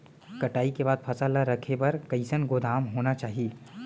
कटाई के बाद फसल ला रखे बर कईसन गोदाम होना चाही?